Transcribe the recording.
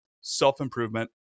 self-improvement